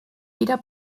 weder